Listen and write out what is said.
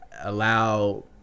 allow